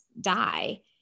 die